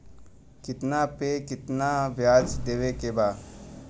कितना पे कितना व्याज देवे के बा?